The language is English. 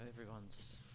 everyone's